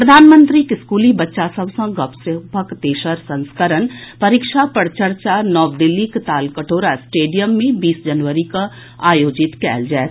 प्रधानमंत्रीक स्कूली बच्चा सभ सँ गपशपक तेसर संस्करण परीक्षा पर चर्चा नव दिल्लीक तालकटोरा स्टेडियम मे बीस जनवरी के आयोजित कयल जायत